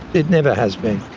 it never has been.